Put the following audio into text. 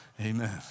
Amen